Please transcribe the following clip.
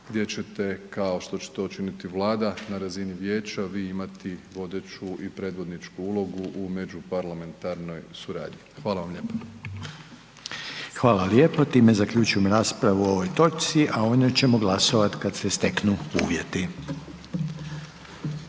gdje ćete kao što će to činiti Vlada na razini vijeća vi imati vodeću i predvodničku ulogu u međuparlamentarnoj suradnji. Hvala vam lijepa. **Reiner, Željko (HDZ)** Hvala lijepa. Time zaključujem raspravu o ovoj točci a o njoj ćemo glasovati kada se steknu uvjeti.